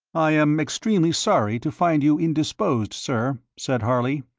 i am extremely sorry to find you indisposed, sir, said harley.